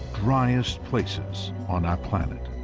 driest places on our planet.